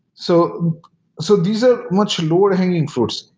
so so these are much lower hanging fruits.